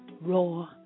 raw